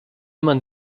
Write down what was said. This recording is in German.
man